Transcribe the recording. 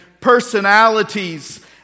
personalities